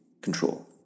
control